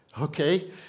okay